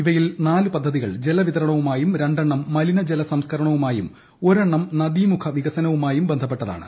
ഇവയിൽ നാല് പദ്ധതികൾ ജലവിതരണവുമായും രണ്ടെണ്ണം മലിനജല സംസ്കരണവുമായും ഒരെണ്ണം നദീമുഖ വികസനവുമായും ബന്ധപ്പെട്ടതാണ്